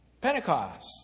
Pentecost